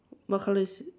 what colour is